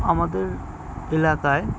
আমাদের এলাকায়